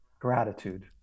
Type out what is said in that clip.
Gratitude